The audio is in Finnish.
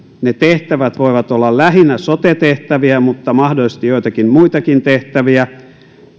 ne tehtävät voivat olla lähinnä sote tehtäviä mutta mahdollisesti joitakin muitakin tehtäviä